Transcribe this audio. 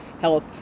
help